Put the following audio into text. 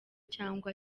cyangwa